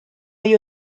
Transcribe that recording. hay